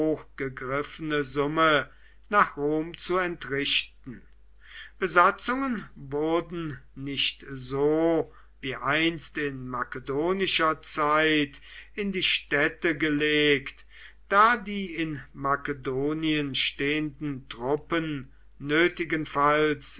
gegriffene summe nach rom zu entrichten besatzungen wurden nicht so wie einst in makedonischer zeit in die städte gelegt da die in makedonien stehenden truppen nötigenfalls